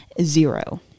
zero